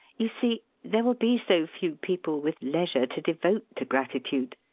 you see, there will be so few people with leisure to devote to gratitude.